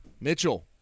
Mitchell